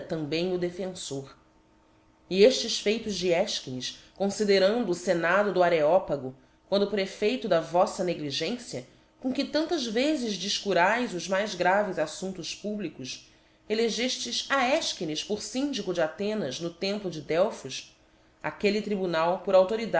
também o defeníbr e eíles feitos de efchines confiderando o fenado do areo pago quando por effeito da voíta negligencia com qúe tantas vezes defcuraes os niais graves aítumptos públicos el geftes a efchines por fyndico de athenas no templo de delphos aquelle tribunal por auâorídade